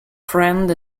friend